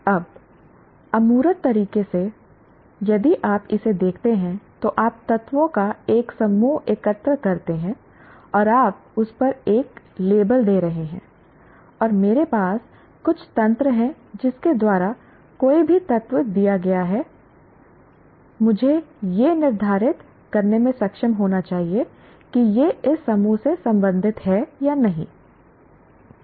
अब अमूर्त तरीके से यदि आप इसे देखते हैं तो आप तत्वों का एक समूह एकत्र करते हैं और आप उस पर एक लेबल दे रहे हैं और मेरे पास कुछ तंत्र है जिसके द्वारा कोई भी तत्व दिया गया है मुझे यह निर्धारित करने में सक्षम होना चाहिए कि यह इस समूह से संबंधित है या नहीं